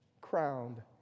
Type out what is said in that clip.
crowned